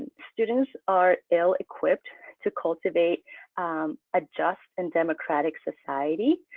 students are ill equipped to cultivate a just and democratic society.